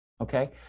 okay